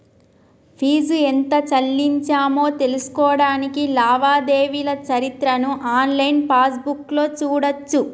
fee ఎంత చెల్లించామో తెలుసుకోడానికి లావాదేవీల చరిత్రను ఆన్లైన్ పాస్బుక్లో చూడచ్చు